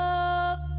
up